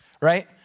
Right